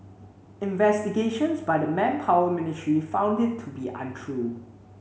investigations by the Manpower Ministry found it to be untrue